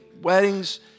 weddings